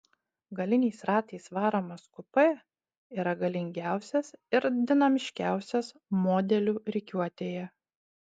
galiniais ratais varomas kupė yra galingiausias ir dinamiškiausias modelių rikiuotėje